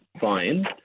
fine